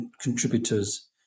contributors